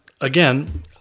again